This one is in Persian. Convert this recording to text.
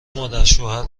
مادرشوهر